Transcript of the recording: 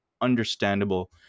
understandable